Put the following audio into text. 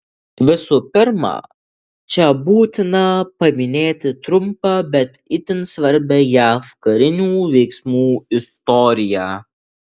visų pirma čia būtina paminėti trumpą bet itin svarbią jav karinių veiksmų istoriją